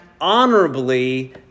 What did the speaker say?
honorably